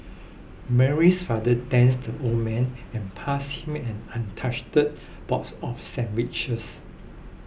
Mary's father thanks the old man and passed him an untouched box of sandwiches